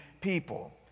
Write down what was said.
people